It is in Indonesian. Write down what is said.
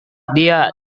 dia